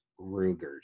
ruger's